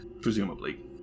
presumably